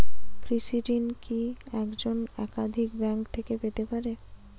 কৃষিঋণ কি একজন একাধিক ব্যাঙ্ক থেকে পেতে পারে?